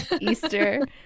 Easter